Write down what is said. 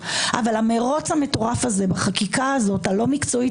לצאת בחצות,